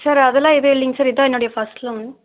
sir அதெல்லாம் எதுவும் இல்லைங்க இதான் என்னோட ஃபஸ்ட் லோன்